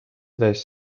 edasi